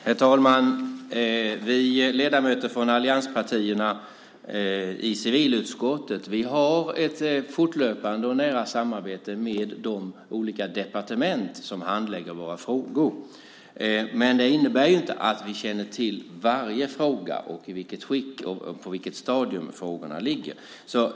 Herr talman! Vi ledamöter från allianspartierna i civilutskottet har ett fortlöpande och nära samarbete med de olika departement som handlägger våra frågor. Men det innebär inte att vi känner till varje fråga och på vilket stadium frågorna ligger.